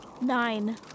Nine